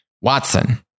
Watson